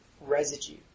residue